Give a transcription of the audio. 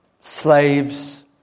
slaves